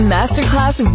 Masterclass